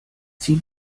zieh